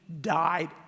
died